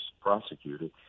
prosecuted